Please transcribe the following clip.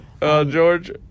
George